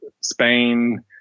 Spain